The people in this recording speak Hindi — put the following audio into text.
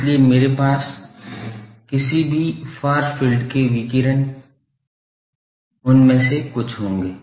इसलिए मेरे किसी भी फार फ़ील्ड के विकिरण उनमें से कुछ होंगे